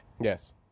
Yes